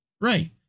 Right